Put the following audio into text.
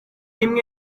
imwe